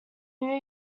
new